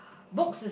books is